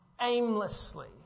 aimlessly